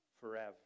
forever